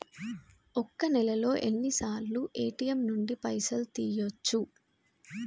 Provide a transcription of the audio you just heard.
ఒక్క నెలలో ఎన్నిసార్లు ఏ.టి.ఎమ్ నుండి పైసలు తీయచ్చు?